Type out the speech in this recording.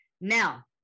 now